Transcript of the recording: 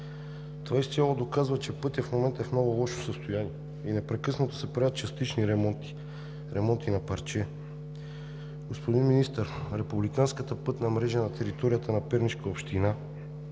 Това изцяло доказва, че пътят в момента е в много лошо състояние и непрекъснато се правят частични ремонти, ремонти на парче. Господин Министър, републиканската пътна мрежа на територията на Пернишка област,